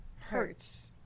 hurts